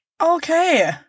Okay